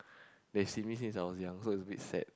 they've seen me since I was young so it's a bit sad